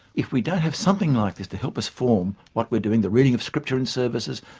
if we don't have something like this to help us form what we're doing the reading of scripture in services,